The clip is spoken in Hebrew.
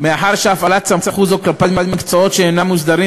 מאחר שהפעלת סמכות זו כלפי מקצועות שאינם מוסדרים